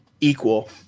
equal